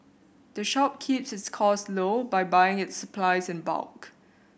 the shop keeps its costs low by buying its supplies in bulk